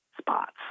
spots